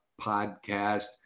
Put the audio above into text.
podcast